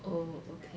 oh okay